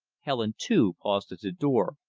helen too paused at the door,